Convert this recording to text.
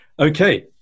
Okay